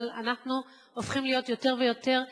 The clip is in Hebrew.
אבל אנחנו הופכים להיות יותר ויותר קיצונים.